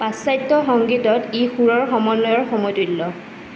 পাশ্চাত্য সংগীতত ই সুৰৰ সমন্বয়ৰ সমতুল্য